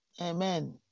Amen